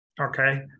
okay